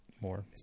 more